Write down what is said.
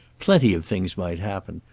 plenty of things might happen.